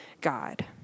God